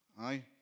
aye